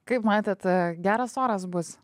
kaip matėt geras oras bus